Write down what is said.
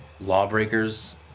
Lawbreakers